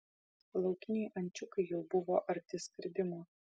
laukiniai ančiukai jau buvo arti skridimo